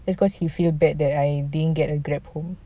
it's cause he feel bad that I didn't get a grab home